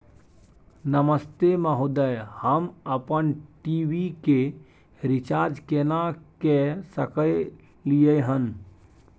नमस्ते महोदय, हम अपन टी.वी के रिचार्ज केना के सकलियै हन?